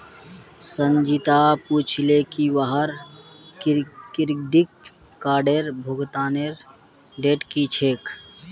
संचिता पूछले की वहार क्रेडिट कार्डेर भुगतानेर डेट की छेक